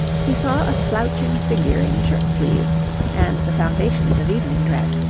he saw a slouching figure in shirt-sleeves and the foundations of evening dress,